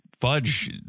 Fudge